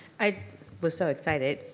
i was so excited,